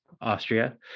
Austria